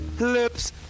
Lips